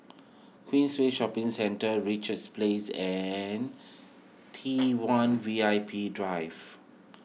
Queensway Shopping Centre Richards Place and T one V I P Drive